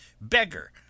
beggar